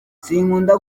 sinkunda